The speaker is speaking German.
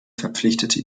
verpflichtete